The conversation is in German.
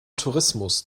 tourismus